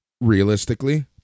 Realistically